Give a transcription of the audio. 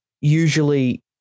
Usually